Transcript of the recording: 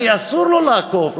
כי אסור לו לעקוף.